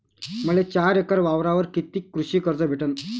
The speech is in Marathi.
मले चार एकर वावरावर कितीक कृषी कर्ज भेटन?